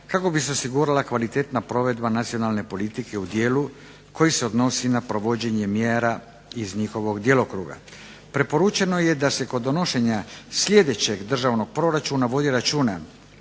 kako bi se osigurala kvalitetna provedba nacionalne politike u dijelu koji se odnosi na provođenje mjera iz njihovog djelokruga. Preporučeno je da se kod donošenja sljedećeg državnog proračuna vodi računa